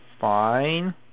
fine